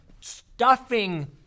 stuffing